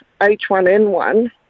H1N1